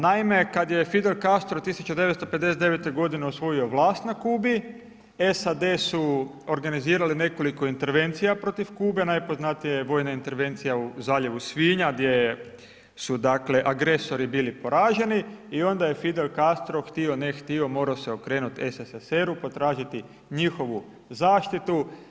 Naime, kad je Fidel Castro 1959. godine osvojio vlast na Kubi, SAD su organizirale nekoliko intervencija protiv Kube, najpoznatija je vojna intervencija u Zaljevu svinja gdje su, dakle, agresori bili poraženi, i onda je Fidel Castro htio-ne htio mor'o se okrenut SSSR-u, pa tražiti njihovu zaštitu.